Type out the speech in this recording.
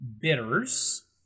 bitters